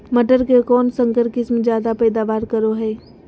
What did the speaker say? मटर के कौन संकर किस्म जायदा पैदावार करो है?